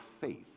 faith